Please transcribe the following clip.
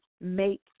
make